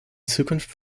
zukunft